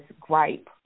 gripe